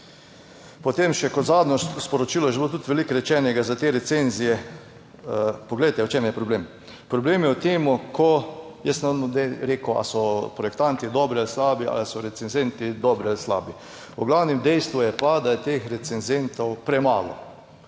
Potem še kot zadnje sporočilo, je že bilo tudi veliko rečenega za te recenzije. Poglejte v čem je problem. Problem je v tem, jaz ne bom zdaj rekel ali so projektanti dobri ali slabi ali so recenzenti dobri ali slabi, v glavnem dejstvo je pa, da je teh recenzentov premalo.